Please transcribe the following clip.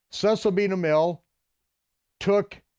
cecil b. demille took